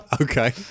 Okay